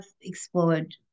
explored